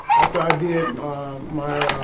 after i did my